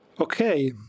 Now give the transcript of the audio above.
Okay